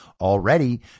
Already